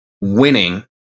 winning